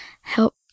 help